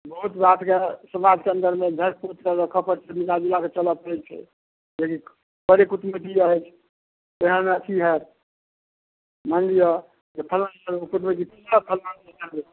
बहुत बातके समाजके अन्दरमे झाँपि पोति कऽ रखऽ पड़ै छै मिलाजुला कऽ चलऽ पड़ै छै किएकि करे कुटमैती अछि तैं ने की होयत मानि लिअ जे फल्लाँ जगह कुटमैती